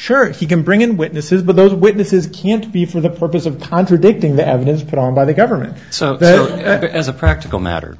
you can bring in witnesses but those witnesses can't be for the purpose of contradicting the evidence put on by the government so as a practical matter